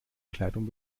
kleidung